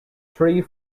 three